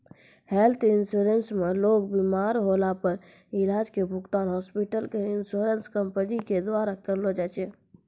health insurance मे लोग बिमार होला पर इलाज के भुगतान हॉस्पिटल क इन्शुरन्स कम्पनी के द्वारा करलौ जाय छै